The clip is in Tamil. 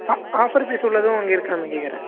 ஆஃபர் பீஸ் உள்ளதும் அங்கே இருக்கானு கேட்குறேன்